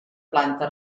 planta